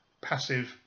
passive